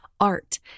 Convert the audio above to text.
art